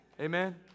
Amen